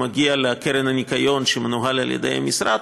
הוא מגיע לקרן הניקיון שמנוהלת על-ידי המשרד,